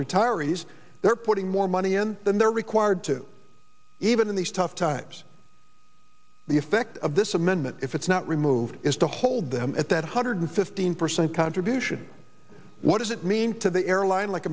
retirees they're putting more money in than they're required to even in these tough times the effect of this amendment if it's not removed is to hold them at that hundred fifteen percent contribution what does it mean to the airline like